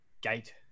gate